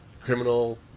criminal